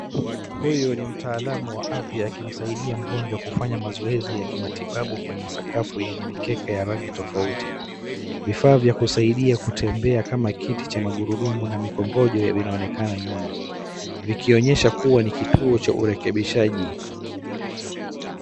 Huyu ni mtaalam wa afya akimsaidia mgonjwa kufanya mazoezi ya kimatibabu kwenye sakafu yenye mikeka ya rangi tofauti. Vifaa vya kusaidia kutembea kama kiti cha magurudumu na mikongojo vinaonekana nyuma vikionyesha kuwa ni vituo vya urekembishaji.